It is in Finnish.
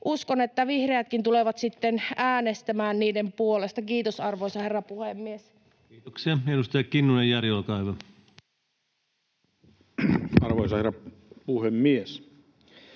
uskon, että vihreätkin tulevat sitten äänestämään niiden puolesta. — Kiitos, arvoisa herra puhemies. Kiitoksia. — Edustaja Kinnunen Jari, olkaa hyvä. Arvoisa herra puhemies!